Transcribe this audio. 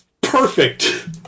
perfect